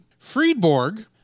Friedborg